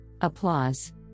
Applause